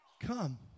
come